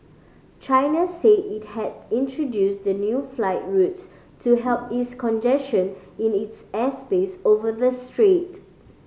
China said it had introduced the new flight routes to help ease congestion in its airspace over the strait